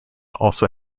also